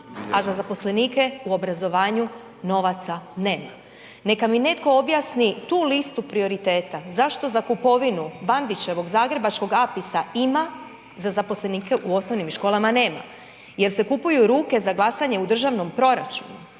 a zaposlenike u obrazovanju novaca nema? Neka mi netko objasni tu listu prioriteta, zašto za kupovinu Bandićevog zagrebačkog APIS-a ima, za zaposlenike u osnovnim školama nema jer se kupuju ruke za glasanje u državnom proračunu?